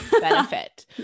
benefit